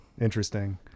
Interesting